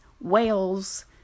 whales